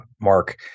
Mark